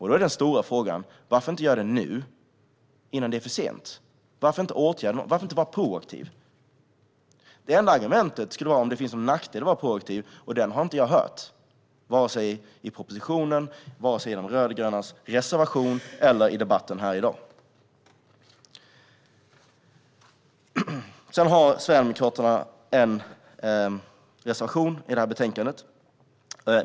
Då är den stora frågan: Varför inte göra det nu, innan det är för sent? Varför inte vara proaktiv? Det enda argumentet skulle vara om det finns någon nackdel med att vara proaktiv, och någon sådan har jag inte sett i vare sig propositionen eller de rödgrönas reservation och inte heller hört i debatten här i dag. Sverigedemokraterna har en reservation i betänkandet.